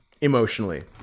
emotionally